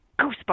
goosebumps